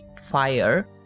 fire